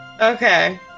Okay